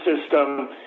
system